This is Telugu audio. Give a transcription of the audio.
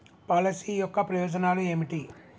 పాలసీ యొక్క ప్రయోజనాలు ఏమిటి?